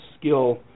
skill